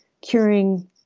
curing